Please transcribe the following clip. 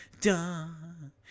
dun